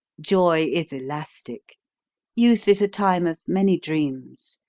joy is elastic youth is a time of many dreams,